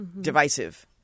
divisive